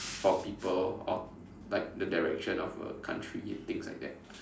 for people or like the direction of a country and things like that